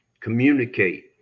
communicate